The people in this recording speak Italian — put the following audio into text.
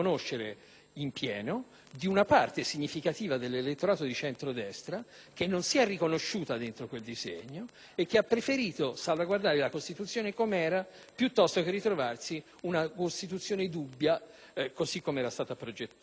in pieno - di una parte significativa dell'elettorato di centrodestra, che non si è riconosciuta in quel disegno e che ha preferito salvaguardare la Costituzione com'era, piuttosto che ritrovarsi una Carta costituzionale dubbia, così com'era stata progettata.